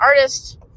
artist